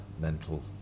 mental